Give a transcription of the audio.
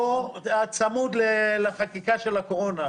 -- או צמוד לחקיקה של הקורונה.